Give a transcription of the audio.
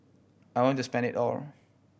I want to spend it all